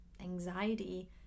anxiety